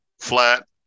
flat